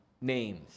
names